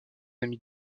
amis